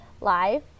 live